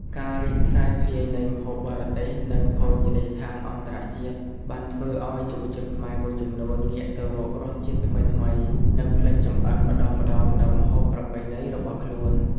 ការរីកសាយភាយនៃម្ហូបបរទេស និងភោជនីយដ្ឋានអន្តរជាតិបានធ្វើឱ្យយុវជនខ្មែរមួយចំនួនងាកទៅរករសជាតិថ្មីៗ និងភ្លេចបន្តិចម្ដងៗនូវម្ហូបប្រពៃណីរបស់ខ្លួន។